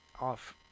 off